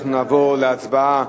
נעבור להצבעה.